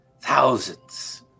thousands